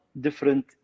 different